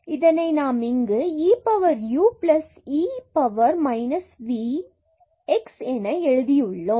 இதனை நாம் இங்கு e power u e power minus v is x என எழுதியுள்ளோம்